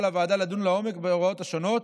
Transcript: הוועדה לדון לעומק בהוראות השונות,